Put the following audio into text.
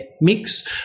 mix